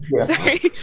sorry